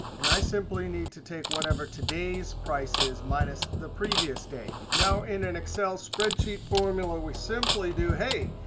and i simply need to take whatever today's prices minus the previous day. now in an excel spreadsheet formula, we simply do, hey,